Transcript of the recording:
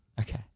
Okay